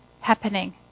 happening